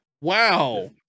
Wow